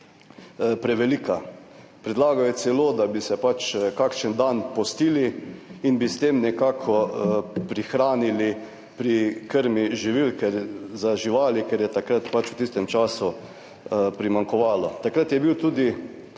prevelika. Predlagal je celo, da bi se kakšen dan pustili in bi s tem nekako prihranili pri krmi živil, ker za živali, ker je takrat pač v tistem času primanjkovalo. Takrat je bil tudi,